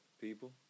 People